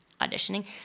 auditioning